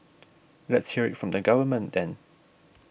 let's hear from the government then